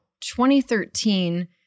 2013